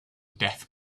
death